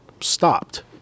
stopped